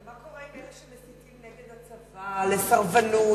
ומה קורה עם אלה שמסיתים נגד הצבא, לסרבנות?